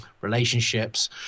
relationships